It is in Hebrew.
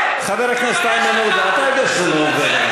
חבר הכנסת איימן עודה, אתה יודע שזה לא עובד עלי.